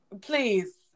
please